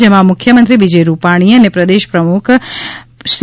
જેમાં મુખ્યમંત્રી વિજય રૂપાણી અને પ્રદેશ ભાજપ પ્રમુખ સી